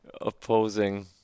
opposing